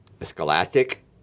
scholastic